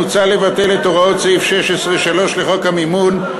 מוצע לבטל את הוראות סעיף 16(3) לחוק המימון,